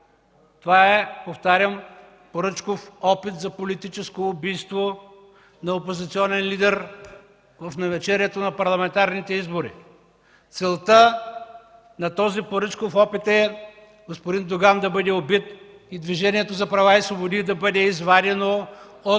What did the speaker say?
повтарям: това е поръчков опит за убийство на опозиционен лидер в навечерието на парламентарните избори. Целта на този поръчков опит е господин Доган да бъде убит и Движението за права и свободи да бъде извадено от